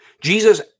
Jesus